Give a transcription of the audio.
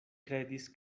kredis